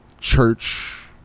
church